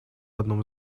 одном